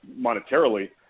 monetarily